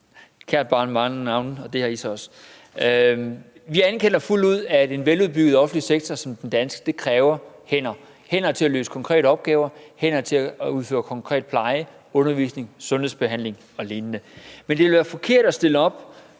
Kært barn har mange navne, og det har I så også. Vi anerkender fuldt ud, at en veludbygget offentlig sektor som den danske kræver hænder – hænder til at løse konkrete opgaver, hænder til udføre konkret pleje, undervisning, sundhedsbehandling og lignende. Men det ville være forkert at stille det